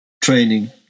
training